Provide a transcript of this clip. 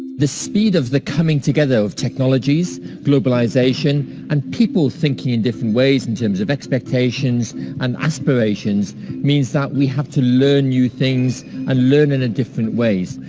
the speed of the coming together of technologies globalization and people thinking in different ways in terms of expectations and aspirations means that we have to learn new things and learning in different ways.